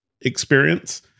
experience